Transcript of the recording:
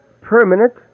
permanent